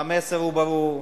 והמסר הוא ברור,